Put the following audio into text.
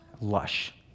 lush